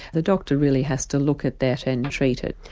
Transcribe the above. the doctor really has to look at that and treat it.